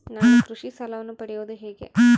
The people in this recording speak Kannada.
ನಾನು ಕೃಷಿ ಸಾಲವನ್ನು ಪಡೆಯೋದು ಹೇಗೆ?